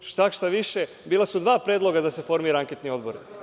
Šta više, bila su dva predloga da se formira anketni odbor.